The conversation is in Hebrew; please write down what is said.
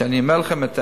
ואני, אומר לכם את האמת,